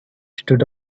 stood